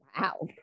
wow